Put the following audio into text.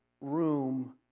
room